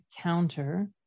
counter